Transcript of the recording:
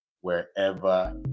wherever